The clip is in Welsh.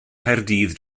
nghaerdydd